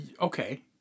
okay